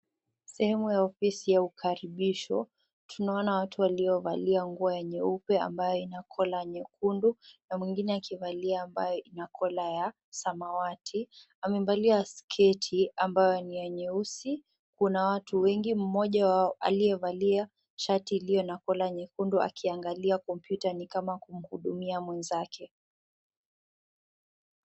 Sehemu ya ofisi ya ukaribisho, tunaona watu waliovalia nguo ya nyeupe ambayo ina colar nyekundu na mwingine akivalia ambayo ina collar ya samawati, amevalia sketi ambayo ni ya nyeusi. Kuna watu wengi, mmoja wao aliyevalia shati iliyo na collar nyekundu akiangalia kompyuta ni kama kumhudumia mwenzake.